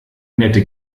nette